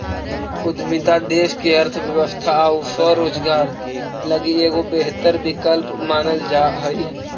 उद्यमिता देश के अर्थव्यवस्था आउ स्वरोजगार लगी एगो बेहतर विकल्प मानल जा हई